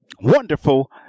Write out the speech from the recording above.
wonderful